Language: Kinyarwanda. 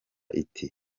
iti